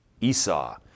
Esau